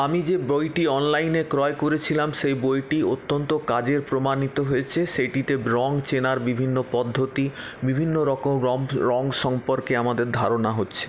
আমি যে বইটি অনলাইনে ক্রয় করেছিলাম সেই বইটি অত্যন্ত কাজের প্রমাণিত হয়েছে সেটিতে রঙ চেনার বিভিন্ন পদ্ধতি বিভিন্নরকম রম রঙ সম্পর্কে আমাদের ধারণা হচ্ছে